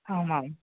आम् आम्